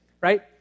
right